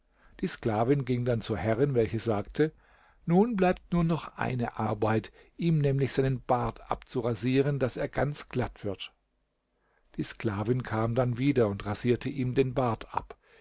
die sklavin ging dann zur herrin welche sagte nun bleibt nur noch eine arbeit ihm nämlich seinen bart abzurasieren daß er ganz glatt wird die sklavin kam dann wieder und rasierte ihm den bart ab